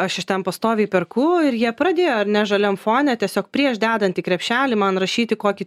aš iš ten pastoviai perku ir jie pradėjo ar ne žaliam fone tiesiog prieš dedant į krepšelį man rašyti kokį